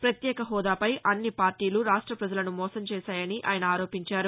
ప్రత్యేక హోదాపై అన్ని పార్టీలు రాష్ట ప్రజలను మోసం చేశాయని ఆయన ఆరోపించారు